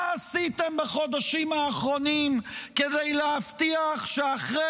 מה עשיתם בחודשים האחרונים כדי להבטיח שאחרי